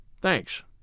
Thanks